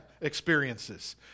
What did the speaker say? experiences